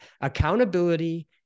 accountability